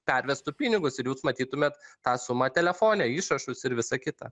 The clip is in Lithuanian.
pervestų pinigus ir jūs matytumėt tą sumą telefone išrašus ir visa kita